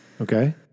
Okay